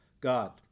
God